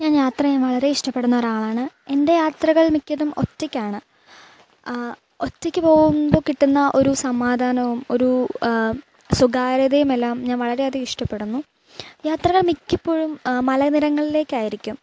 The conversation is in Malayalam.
ഞാൻ യാത്ര ചെയ്യാൻ വളരെ ഇഷ്ടപ്പെടുന്ന ഒരാളാണ് എൻ്റെ യാത്രകൾ മിക്കതും ഒറ്റക്കാണ് ഒറ്റക്ക് പോകുമ്പോൾ കിട്ടുന്ന ഒരു സമാധാനവും ഒരു സ്വകാര്യതയുമെല്ലാം ഞാൻ വളരെ അധികം ഇഷ്ടപ്പെടുന്നു യാത്രകൾ മിക്കപ്പോഴും മലനിരകളിലേയ്ക്കായിരിക്കും